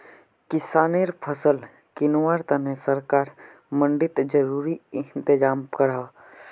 किस्सानेर फसल किंवार तने सरकार मंडित ज़रूरी इंतज़ाम करोह